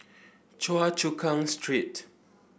Choa Chu Kang Street